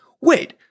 wait